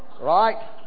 Right